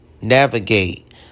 navigate